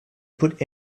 put